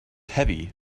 heavy